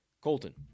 Colton